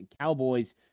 Cowboys